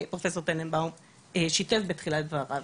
פרופסור טננבאום שיתף בתחילת דבריו.